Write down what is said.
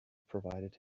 provided